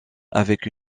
avec